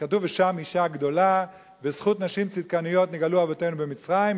כתוב "ושם אשה גדולה" בזכות נשים צדקניות נגאלו אבותינו במצרים,